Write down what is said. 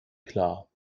klar